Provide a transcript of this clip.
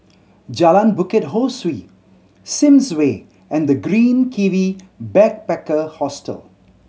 Jalan Bukit Ho Swee Sims Way and The Green Kiwi Backpacker Hostel